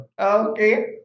Okay